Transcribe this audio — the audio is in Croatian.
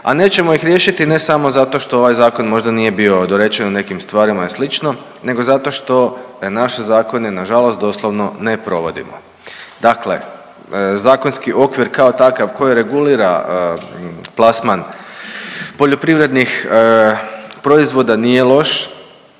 a nećemo ih riješiti ne samo zato što ovaj zakon možda nije bio dorečen u nekim stvarima i slično, nego zato što naše zakone nažalost doslovno ne provodimo. Dakle, zakonski okvir kao takav koji regulira plasman poljoprivrednih proizvoda nije loš,